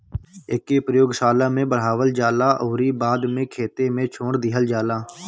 एके प्रयोगशाला में बढ़ावल जाला अउरी बाद में खेते में छोड़ दिहल जाला